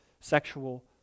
sexual